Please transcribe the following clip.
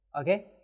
okay